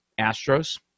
Astros